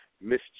Miss